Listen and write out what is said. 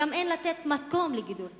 אין לתת מקום לגידול טבעי,